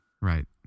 right